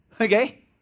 Okay